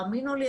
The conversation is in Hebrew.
האמינו לי,